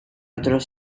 otros